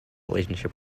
relationship